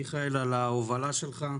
מיכאל, על ההובלה שלך.